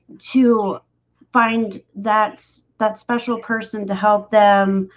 to find that that special person to help them